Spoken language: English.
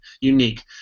unique